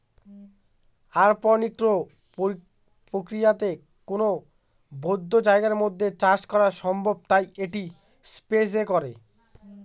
অরপনিক্স প্রক্রিয়াতে কোনো বদ্ধ জায়গার মধ্যে চাষ করা সম্ভব তাই এটা স্পেস এ করে